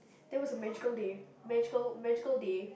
that was a magical land magical magical day